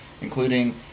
including